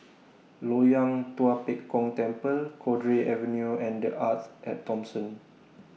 Loyang Tua Pek Kong Temple Cowdray Avenue and The Arte At Thomson